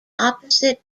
opposite